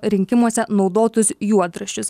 rinkimuose naudotus juodraščius